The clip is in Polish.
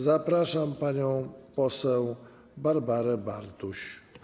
Zapraszam panią poseł Barbarę Bartuś.